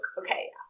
Okay